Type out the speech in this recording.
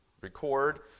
record